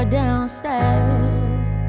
downstairs